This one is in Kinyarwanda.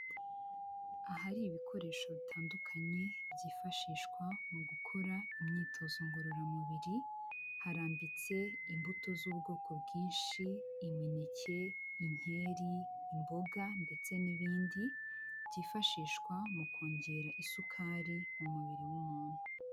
Ahari ibikoresho bitandukanye byifashishwa mu gukora imyitozo ngororamubiri, harambitse imbuto z'ubwoko bwinshi imineke, inkeri, imboga ndetse n'ibindi byifashishwa mu kongera isukari mu mubiri w'umuntu.